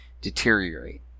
deteriorate